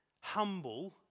humble